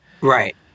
Right